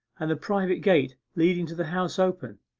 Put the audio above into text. and the private gate leading to the house open.